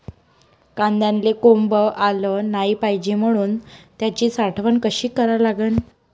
कांद्याले कोंब आलं नाई पायजे म्हनून त्याची साठवन कशी करा लागन?